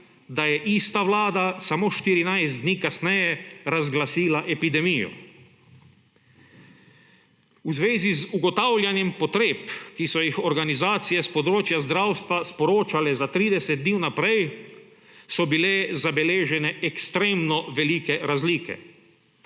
da je ista vlada samo 14 dni kasneje razglasila epidemijo. V zvezi z ugotavljanjem potreb, ki so jih organizacije s področja zdravstva sporočale za 30 dni vnaprej, so bile zabeležene ekstremno velike razlike.